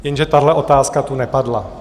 Jenže tahle otázka tu nepadla.